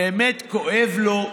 באמת כואב לו.